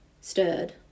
stirred